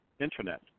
Internet